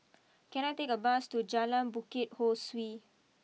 can I take a bus to Jalan Bukit Ho Swee